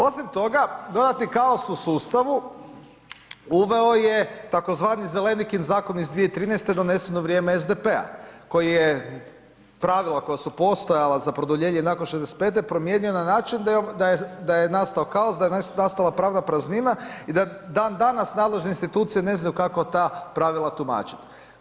Osim toga, dodatni kaos u sustavu uveo je tzv. zelenikin zakon iz 2013. donesen u vrijeme SDP-a koji je, pravila koja su postojala za produljenje nakon 65. promijenjen na način da je nastao kaos, da je nastala pravna praznina i da dan danas nadležne institucije ne znaju kako ta pravila tumačiti.